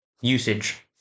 usage